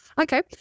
Okay